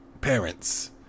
parents